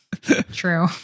true